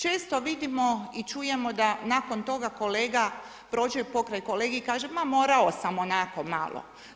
Često vidimo i čujemo, da nakon toga, kolega priđe pokraj kolegi i kaže, ma moramo sam onako, malo.